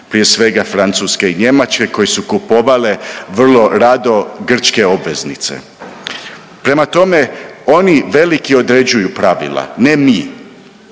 Prije svega Francuska i Njemačka koje su kupovale vrlo rado grčke obveznice. Prema tome, oni veliki određuju pravila ne mi.